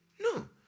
No